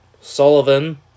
Sullivan